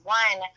one